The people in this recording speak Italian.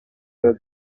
delle